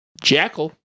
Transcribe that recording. jackal